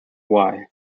why